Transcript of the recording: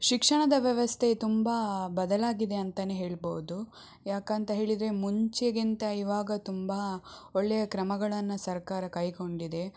ಶಿಕ್ಷಣದ ವ್ಯವಸ್ಥೆ ತುಂಬ ಬದಲಾಗಿದೆ ಅಂತಾನೆ ಹೇಳ್ಬೌದು ಯಾಕಂತ ಹೇಳಿದರೆ ಮುಂಚೆಗಿಂತ ಇವಾಗ ತುಂಬ ಒಳ್ಳೆಯ ಕ್ರಮಗಳನ್ನು ಸರ್ಕಾರ ಕೈಗೊಂಡಿದೆ